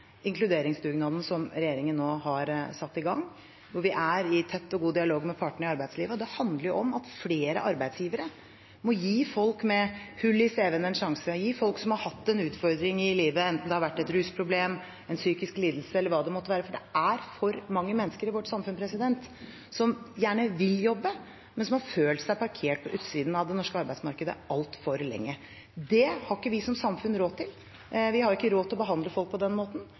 inkluderingsdugnaden som regjeringen nå har satt i gang, og vi er i tett og god dialog med partene i arbeidslivet. Det handler om at flere arbeidsgivere må gi folk med hull i cv-en en sjanse, folk som har hatt en utfordring i livet – enten det har vært et rusproblem, en psykisk lidelse eller hva det måtte være. Det er for mange mennesker i vårt samfunn som gjerne vil jobbe, men som har følt seg parkert på utsiden av det norske arbeidsmarkedet altfor lenge. Det har ikke vi som samfunn råd til – vi har ikke råd til å behandle folk på denne måten.